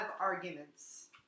arguments